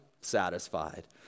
satisfied